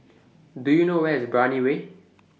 Do YOU know Where IS Brani Way